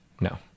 no